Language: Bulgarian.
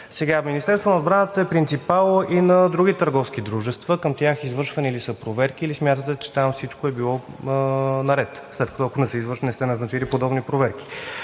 ЕАД. Министерството на отбраната е принципал и на други търговски дружества – към тях извършвани ли са проверки, или смятате, че там всичко е било наред, след като, ако не са извършвани не сте назначили подобни проверки?